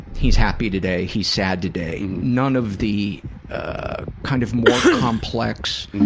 he's happy today, he's sad today, none of the ah kind of more complex,